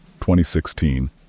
2016